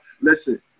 listen